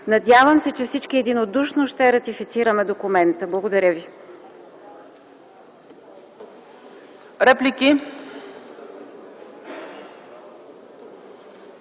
Надявам се, че всички единодушно ще ратифицираме документа. Благодаря ви.